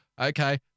okay